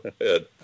ahead